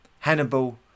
Hannibal